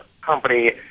company